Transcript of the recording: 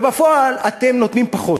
ובפועל אתם נותנים פחות.